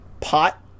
pot